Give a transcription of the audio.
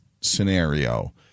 scenario